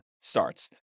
starts